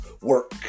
work